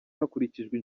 hakurikijwe